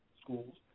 schools